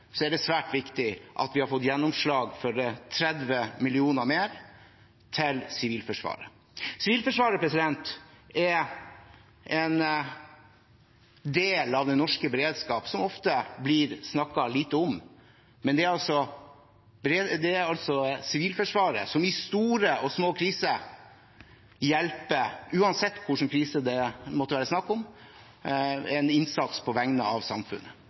er det svært viktig at vi har fått gjennomslag for 30 mill. kr mer til Sivilforsvaret. Sivilforsvaret er en del av den norske beredskapen som det blir snakket lite om, men det er altså Sivilforsvaret som i store og små kriser hjelper – uansett hva slags krise det måtte være snakk om – og gjør en innsats på vegne av samfunnet.